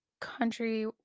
country